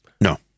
No